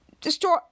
destroy